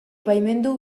baimendu